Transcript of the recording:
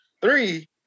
Three